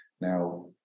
Now